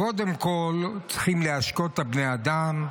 קודם כול צריכים להשקות את בני האדם.